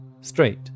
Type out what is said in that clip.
straight